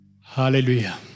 Hallelujah